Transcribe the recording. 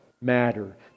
matter